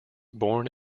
born